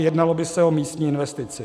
Jednalo by se o místní investici.